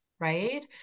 Right